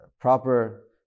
proper